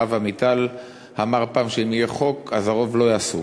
הרב עמיטל אמר פעם שאם יהיה חוק, אז הרוב לא יעשו.